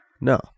No